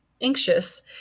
anxious